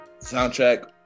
soundtrack